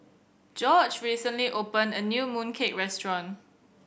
Gorge recently opened a new mooncake restaurant